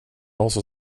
also